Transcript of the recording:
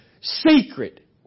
secret